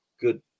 good